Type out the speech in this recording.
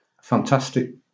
fantastic